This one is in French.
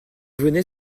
venez